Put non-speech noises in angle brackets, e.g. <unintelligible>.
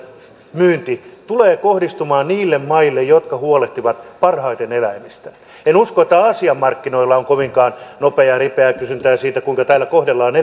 myynti tulevat kohdistumaan niille maille jotka huolehtivat parhaiten eläimistään en usko että aasian markkinoilla on kovinkaan nopeasti ja ripeästi kysyntää siitä kuinka täällä kohdellaan <unintelligible>